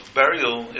burial